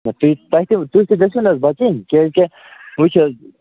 نہ تُہۍ تۅہہِ تہِ تُہۍ تہِ گٔژھِو نا حظ بَچِنۍ کیوںٛکہِ وُچھ حظ